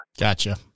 Gotcha